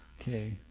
Okay